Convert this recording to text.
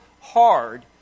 hard